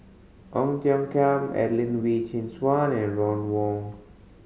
Ong Tiong Khiam Adelene Wee Chin Suan and Ron Wong